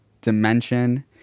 Dimension